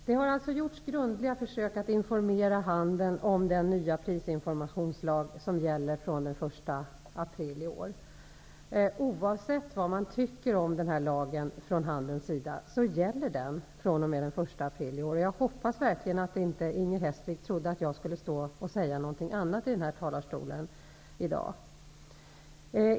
Fru talman! Det har gjorts grundliga försök att informera handeln om den nya prisinformationslag som gäller fr.o.m. den 1 april i år. Oavsett vad man från handelns sida tycker om lagen gäller den fr.o.m. den 1 april i år. Jag hoppas verkligen att Inger Hestvik inte trodde att jag i dag skulle stå i denna talarstol och säga något annat.